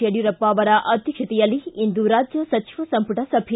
ಯಡಿಯೂರಪ್ಪ ಅವರ ಅಧ್ಯಕ್ಷತೆಯಲ್ಲಿ ಇಂದು ರಾಜ್ಯ ಸಚಿವ ಸಂಮಟ ಸಭೆ